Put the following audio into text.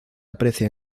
aprecia